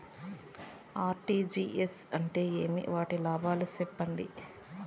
RTGS అంటే ఏమి? వాటి లాభాలు సెప్పండి?